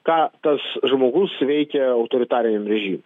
ką tas žmogus veikė autoritariniam režime